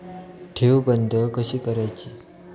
ठेव बंद कशी करायची?